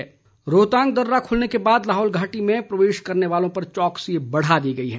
रोहतांग दर्रा रोहतांग दर्रा खुलने के बाद लाहौल घाटी में प्रवेश करने वालो पर चौकसी बढ़ा दी गई है